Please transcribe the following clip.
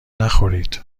نخورید